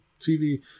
TV